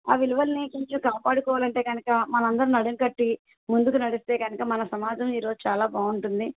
ఆ విలువలను కొంచెం కాపాడుకోవాలి అంటే కనుక మనం అందరం నడుం కట్టి ముందుకునడిస్తే కనుక మన సమాజం ఈరోజు చాలా బాగుంటుంది